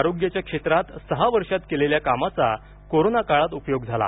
आरोग्याच्या क्षेत्रात सहा वर्षांत केलेल्या कामाचा कोरोना काळात उपयोग झाला